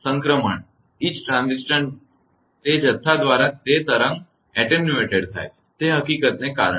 તમારા દરેક સંક્રમણ ના તે જથ્થા દ્વારા જે રીતે તરંગ ઓછો થાય છે તે હકીકતને કારણે